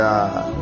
God